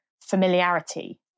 familiarity